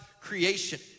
creation